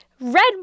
Red